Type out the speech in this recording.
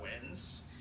wins